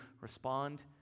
respond